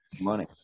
money